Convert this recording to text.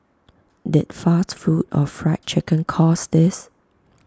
did fast food or Fried Chicken cause this